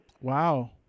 Wow